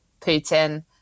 Putin